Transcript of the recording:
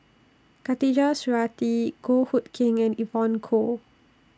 Khatijah Surattee Goh Hood Keng and Evon Kow